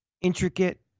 intricate